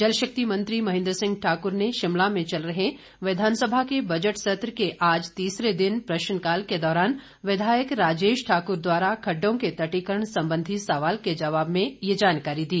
जलशक्ति मंत्री महेंद्र सिंह ठाकुर ने शिमला में चल रहे विधानसभा के बजट सत्र के आज तीसरे दिन प्रश्नकाल के दौरान विधायक राजेश ठाकुर द्वारा खडडों के तटीकरण संबंधी सवाल के जवाब में ये जानकारी दी